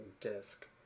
disk